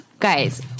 Guys